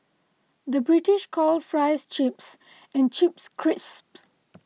the British calls Fries Chips and Chips Crisps